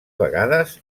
vegades